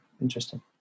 interesting